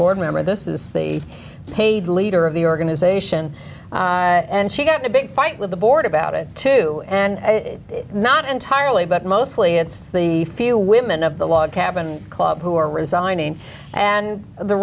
board member this is the paid leader of the organization and she got a big fight with the board about it too and not entirely but mostly it's the few women of the log cabin club who are resigning and the